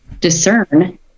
discern